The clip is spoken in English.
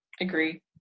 agree